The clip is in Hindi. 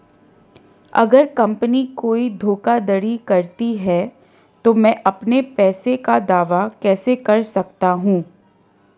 अगर कंपनी कोई धोखाधड़ी करती है तो मैं अपने पैसे का दावा कैसे कर सकता हूं?